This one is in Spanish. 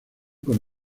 con